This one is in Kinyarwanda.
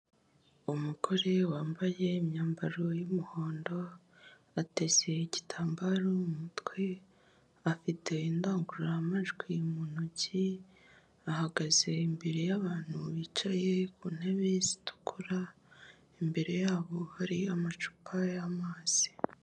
Umugore wambaye imyambaro y'umuhondo, ateze igitambaro mu mutwe, afite indangururamajwi mu ntoki, ahagaze imbere y'abantu bicaye ku ntebe zitukura, imbere yabo hari amacupa y'amazi.